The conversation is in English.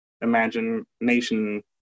imagination